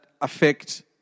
affect